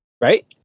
right